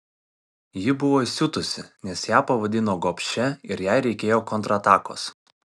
ji buvo įsiutusi nes ją pavadino gobšia ir jai reikėjo kontratakos